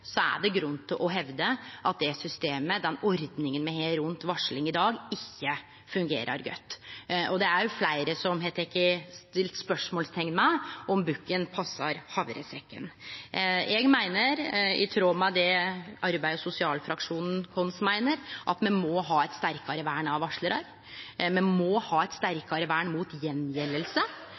er det grunn til å hevde at det systemet, den ordninga me har rundt varsling i dag, ikkje fungerer godt. Det er fleire som har spurt seg om bukken passar havresekken. Eg meiner, i tråd med det arbeids- og sosialfraksjonen vår meiner, at me må ha eit sterkare vern av varslarar, me må ha eit sterkare vern mot